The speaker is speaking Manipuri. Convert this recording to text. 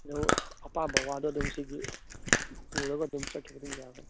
ꯑꯄꯥꯝꯕ ꯋꯥꯗꯣ ꯑꯗꯨꯝ ꯁꯤꯒꯤ ꯄꯨꯔꯒ ꯑꯗꯨꯝ ꯆꯠꯈꯤꯕ ꯑꯗꯨꯝ ꯌꯥꯒꯅꯤ